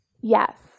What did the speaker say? Yes